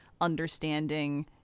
understanding